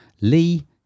lee